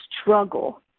struggle